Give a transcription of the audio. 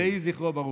יהי זכרו ברוך.